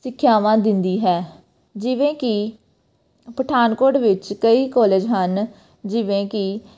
ਸਿੱਖਿਆਵਾਂ ਦਿੰਦੀ ਹੈ ਜਿਵੇਂ ਕਿ ਪਠਾਨਕੋਟ ਵਿੱਚ ਕਈ ਕੋਲਜ ਹਨ ਜਿਵੇਂ ਕਿ